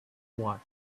wash